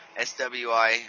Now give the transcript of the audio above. SWI